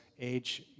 age